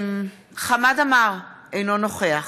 חמד עמאר, אינו נוכח